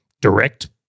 direct